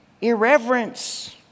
irreverence